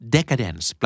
Decadence